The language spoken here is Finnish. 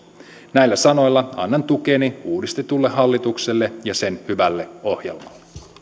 näillä sanoilla annan tukeni uudistetulle hallitukselle ja sen hyvälle ohjelmalle